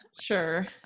sure